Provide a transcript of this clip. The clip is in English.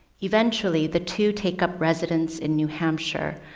eventually the two take up residence in new hampshire,